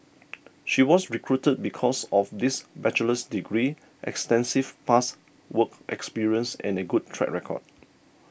she was recruited because of this bachelor's degree extensive past work experience and a good track record